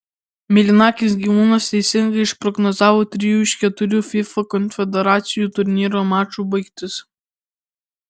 mėlynakis gyvūnas teisingai išprognozavo trijų iš keturių fifa konfederacijų turnyro mačų baigtis